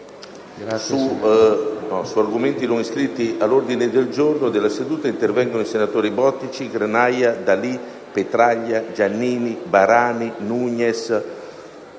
Grazie,